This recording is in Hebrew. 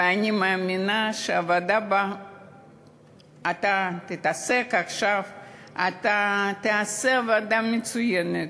ואני מאמינה שבוועדה שבה אתה תעסוק עכשיו אתה תעשה עבודה מצוינת,